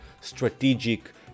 strategic